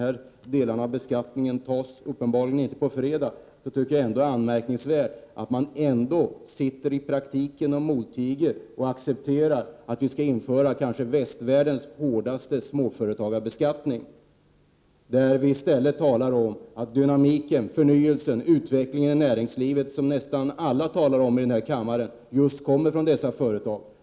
Stora delar av skattebeslutet kommer inte att fattas på fredag, men det är ändå anmärkningsvärt att man i praktiken kan sitta och moltiga och acceptera att vi inför västvärldens kanske hårdaste beskattning av småföretag, medan vi talar om att dynamiken, förnyelsen och utvecklingen i näringslivet — som ju nästan alla i den här kammaren talar om — kommer från just dessa företag.